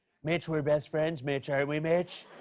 mitch, we're best friends, mitch, aren't we, mitch?